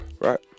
right